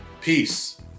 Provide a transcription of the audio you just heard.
Peace